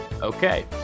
Okay